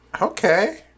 Okay